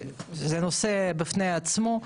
זה נושא בפני עצמו,